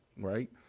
right